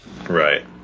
Right